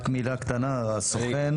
רק מילה קטנה על הסוכן.